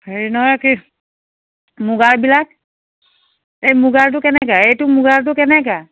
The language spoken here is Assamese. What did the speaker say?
হেৰি নহয় কি মুগাৰবিলাক এই মুগাৰটো কেনেকৈ এইটো মুগাৰটো কেনেকৈ